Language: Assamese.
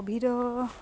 কোভিডৰ